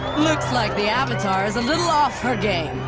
looks like the avatar is a little off her game.